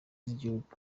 z’igihugu